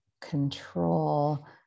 control